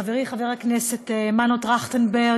חברי חבר הכנסת מנו טרכטנברג,